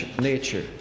nature